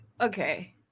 okay